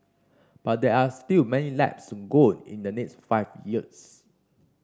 but there are still many laps to go in the next five years